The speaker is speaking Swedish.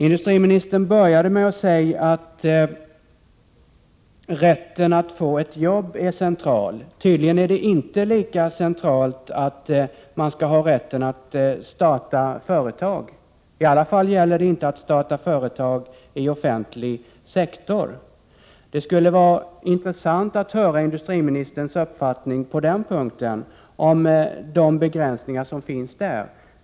Industriministern började med att säga att rätten att få ett jobb är central. Tydligen är det inte lika centralt att man skall ha rätten att starta företag, i varje fall inte när det gäller att starta företag i offentlig sektor. Det skulle vara intressant att höra industriministerns uppfattning om de begränsningar som finns där.